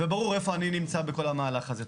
וברור איפה אני נמצא בכל המהלך הזה.